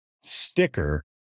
sticker